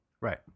Right